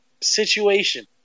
situation